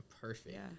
perfect